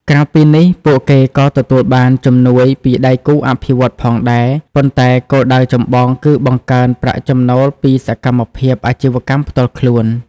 ក្រៅពីនេះ ពួកគេក៏ទទួលបានជំនួយពីដៃគូអភិវឌ្ឍន៍ផងដែរ ប៉ុន្តែគោលដៅចម្បងគឺបង្កើនប្រាក់ចំណូលពីសកម្មភាពអាជីវកម្មផ្ទាល់ខ្លួន ។